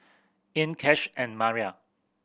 Ean Cash and Maria